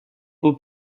aux